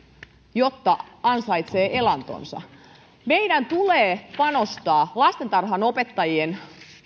jotta ansaitsee elantonsa meidän tulee panostaa lastentarhanopettajien